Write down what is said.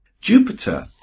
Jupiter